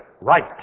right